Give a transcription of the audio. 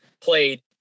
played